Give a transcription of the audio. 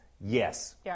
yes